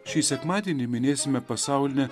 šį sekmadienį minėsime pasaulinę